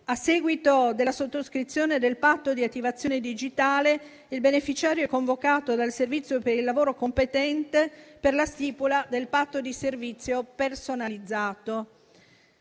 A seguito della sottoscrizione del patto di attivazione digitale, il beneficiario è convocato dal servizio per il lavoro competente per la stipula del patto di servizio personalizzato.